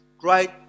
Great